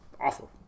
Awful